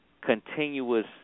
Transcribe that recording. continuous